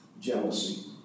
jealousy